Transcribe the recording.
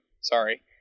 sorry